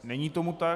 Není tomu tak.